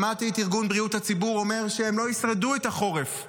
שמעתי את ארגון בריאות הציבור אומר שהם לא ישרדו את החורף,